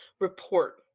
report